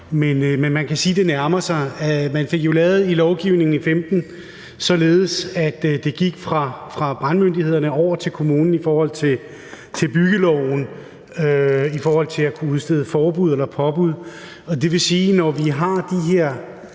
men man kan sige, det nærmer sig det. Man fik jo i 2015 lavet det således i lovgivningen, at det gik fra brandmyndighederne over til kommunen i forhold til byggeloven i forhold til at kunne udstede forbud eller påbud. Og det vil sige, at når vi har de her